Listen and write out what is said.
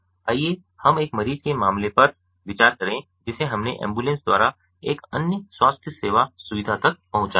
आइए हम एक मरीज के मामले पर विचार करें जिसे हमने एम्बुलेंस द्वारा एक अन्य स्वास्थ्य सेवा सुविधा तक पहुंचाया है